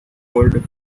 old